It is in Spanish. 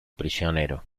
prisionero